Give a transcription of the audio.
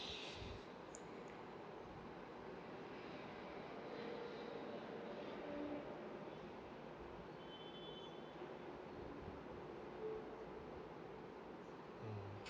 mm